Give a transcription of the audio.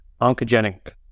oncogenic